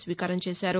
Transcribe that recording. స్వీకారం చేశారు